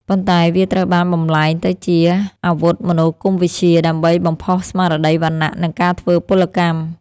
ប៉ុន្តែវាត្រូវបានបំប្លែងទៅជា អាវុធមនោគមវិជ្ជា ដើម្បីបំផុសស្មារតីវណ្ណៈ និងការធ្វើពលកម្ម។